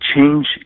change